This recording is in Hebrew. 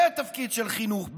זה התפקיד של חינוך,